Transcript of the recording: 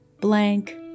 blank